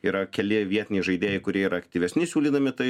yra keli vietiniai žaidėjai kurie yra aktyvesni siūlydami tai